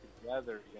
together